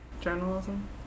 Journalism